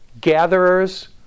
gatherers